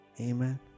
Amen